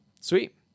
Sweet